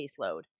caseload